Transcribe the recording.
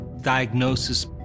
diagnosis